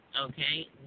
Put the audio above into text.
okay